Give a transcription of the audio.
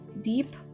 deep